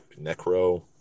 Necro